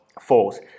falls